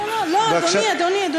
לא, אדוני.